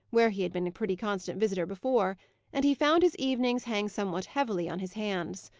where he had been a pretty constant visitor before and he found his evenings hang somewhat heavily on his hands.